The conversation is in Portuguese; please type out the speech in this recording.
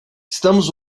estamos